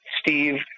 Steve